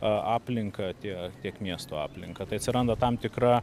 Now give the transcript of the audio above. a aplinką tie tiek miesto aplinką tai atsiranda tam tikra